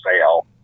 sale